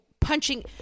punching